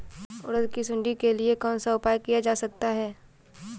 उड़द की सुंडी के लिए कौन सा उपाय किया जा सकता है?